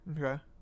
Okay